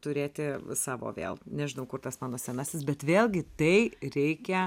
turėti savo vėl nežinau kur tas mano senasis bet vėlgi tai reikia